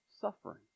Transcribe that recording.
suffering